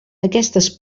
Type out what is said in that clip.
aquestes